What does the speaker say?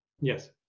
Yes